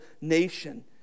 nation